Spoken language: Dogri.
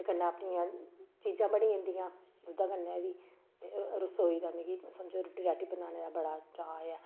कन्नै अपनियां चीजां बनी जंदिया दुद्धै कन्ने बी ते रसोई दा मिगी समझो रुट्टी राट्टी बनाने दा बड़ा चाऽ ऐ